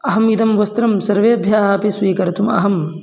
अहम् इदं वस्त्रं सर्वेभ्यः अपि स्वीकर्तुम् अहम्